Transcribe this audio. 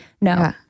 No